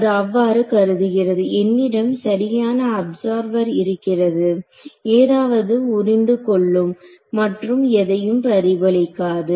அது அவ்வாறு கருதுகிறதுஎன்னிடம் சரியான அப்சர்வர் இருக்கிறது ஏதாவது உறிந்து கொள்ளும் மற்றும் எதையும் பிரதிபலிக்காது